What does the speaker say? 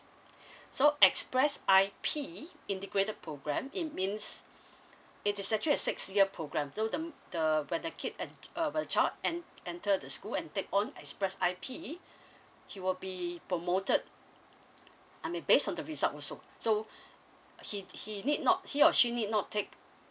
so express I_P integrated program it means it is actually a six year program so mm the when the kid at uh when the child en~ enter the school and take on express I_P he will be promoted I mean based on the result also so uh he he need not he or she need not take